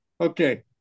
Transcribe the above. Okay